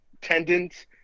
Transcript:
tendons